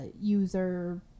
user